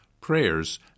prayers